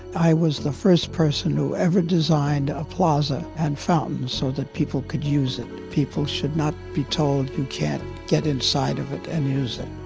i was the first person who ever designed a plaza and fountain so that people could use it. people should not be told you can't get inside of it and use it.